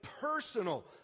personal